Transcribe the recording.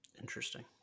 Interesting